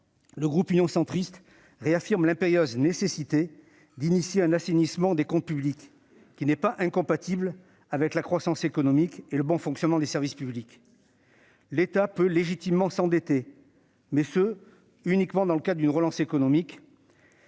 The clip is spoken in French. le groupe Union Centriste réaffirme l'impérieuse nécessité d'engager un assainissement des comptes publics, qui ne soit pas incompatible avec la croissance économique et le bon fonctionnement des services publics. L'État peut légitimement s'endetter, mais uniquement dans le cadre d'une relance économique.